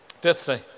Fifthly